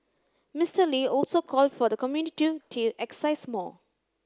Mister Lee also called for the community to exercise more